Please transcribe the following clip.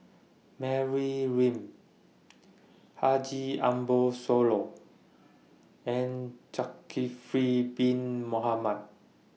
Mary Lim Haji Ambo Sooloh and Zulkifli Bin Mohamed